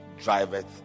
Driveth